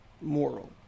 moral